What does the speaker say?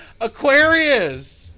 Aquarius